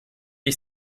ich